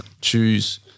choose